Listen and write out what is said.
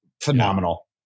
phenomenal